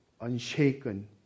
unshaken